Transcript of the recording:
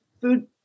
food